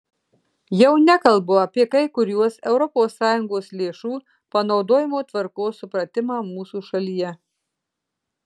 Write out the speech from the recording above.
jau nekalbu apie kai kuriuos europos sąjungos lėšų panaudojimo tvarkos supratimą mūsų šalyje